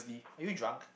are you drunk